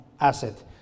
asset